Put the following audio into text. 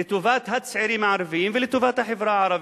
לטובת הצעירים הערבים ולטובת החברה הערבית.